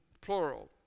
plural